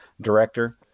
director